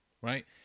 right